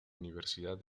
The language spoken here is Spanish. universidad